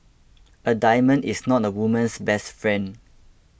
a diamond is not a woman's best friend